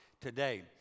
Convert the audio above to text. today